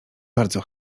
bardzo